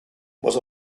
was